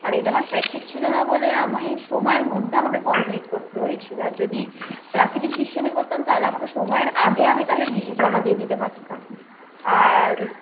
আর এটা আমার প্র্যাক্টিস ছিল না বলে আমি সময়ের মধ্যে আমাকে কমপ্লিট করতে হয়েছিলো আর যদি প্রাকৃতিক দৃশ্য নিয়ে করতাম তাহলে আমাকে সময়ের আগে আমি তাহলে দিই জমা দিয়ে দিতে পারতাম আর